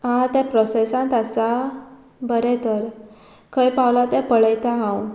आं तें प्रोसेसांत आसा बरें तर खंय पावला तें पळयता हांव